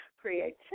creativity